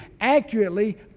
accurately